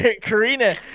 Karina